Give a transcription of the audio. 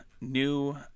new